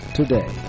today